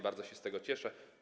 Bardzo się z tego cieszę.